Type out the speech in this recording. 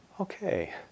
Okay